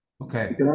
Okay